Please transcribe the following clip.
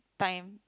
time